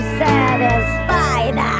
satisfied